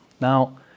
Now